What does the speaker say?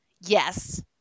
Yes